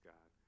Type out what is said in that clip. God